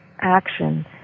action